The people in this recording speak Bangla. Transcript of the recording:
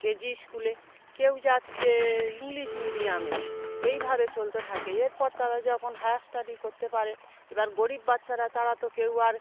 কে জি স্কুলে কেউ যাচ্ছে ইংলিশ মিডিয়ামে এইভাবে চলতে থাকে এরপর তারা যখন হায়ার স্টাডি করতে পারে এবার গরিব বাচ্চারা তারা তো কেউ আর